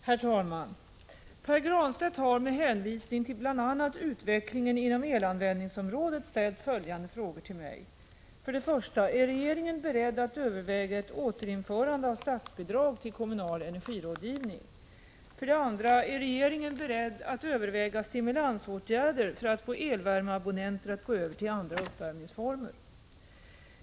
Herr talman! Pär Granstedt har med hänvisning till bl.a. utvecklingen inom elanvändningsområdet ställt följande frågor till mig: 1. Är regeringen beredd att överväga ett återinförande av statsbidrag till kommunal energirådgivning? 2. Är regeringen beredd att överväga stimulansåtgärder för att få elvärmeabonnenter att gå över till andra uppvärmningsformer?